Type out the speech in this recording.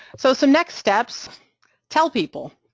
so some next steps tell people,